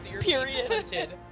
period